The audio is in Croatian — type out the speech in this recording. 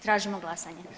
Tražimo glasanje.